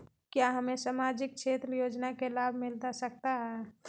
क्या हमें सामाजिक क्षेत्र योजना के लाभ मिलता सकता है?